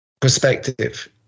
perspective